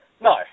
No